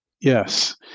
yes